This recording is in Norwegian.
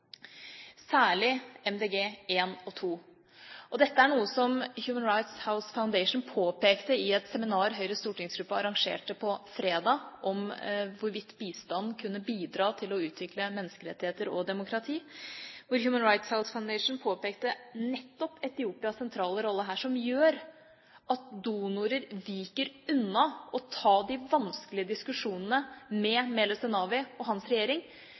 særlig MDG 1 og 2. Dette er noe som Human Rights House Foundation påpekte i et seminar Høyres stortingsgruppe arrangerte på fredag om hvorvidt bistand kunne bidra til å utvikle menneskerettigheter og demokrati, hvor Human Rights House Foundation påpekte nettopp Etiopias sentrale rolle her som gjør at donorer viker unna for å ta de vanskelige diskusjonene med Meles Zenawi og hans regjering,